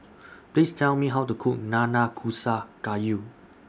Please Tell Me How to Cook Nanakusa Gayu